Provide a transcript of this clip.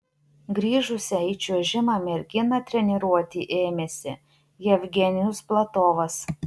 grįžusią į čiuožimą merginą treniruoti ėmėsi jevgenijus platovas